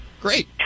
Great